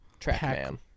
Trackman